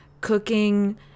cooking